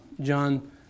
John